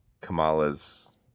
Kamala's